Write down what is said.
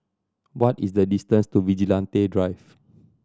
what is the distance to Vigilante Drive